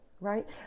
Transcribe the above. right